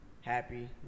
happy